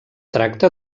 tracta